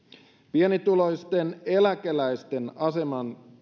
pienituloisten eläkeläisten aseman